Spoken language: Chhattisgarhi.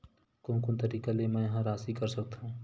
कोन कोन तरीका ले मै ह राशि कर सकथव?